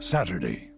Saturday